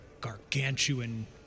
gargantuan